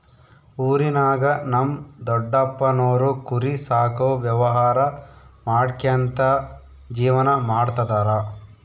ಊರಿನಾಗ ನಮ್ ದೊಡಪ್ಪನೋರು ಕುರಿ ಸಾಕೋ ವ್ಯವಹಾರ ಮಾಡ್ಕ್ಯಂತ ಜೀವನ ಮಾಡ್ತದರ